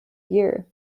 year